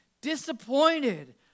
disappointed